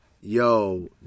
yo